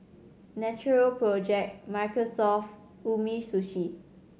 Natural Project Microsoft Umisushi